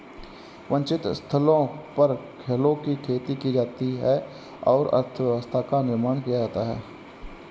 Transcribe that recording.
वांछित स्थलों पर फलों की खेती की जाती है और अर्थव्यवस्था का निर्माण किया जाता है